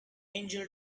angel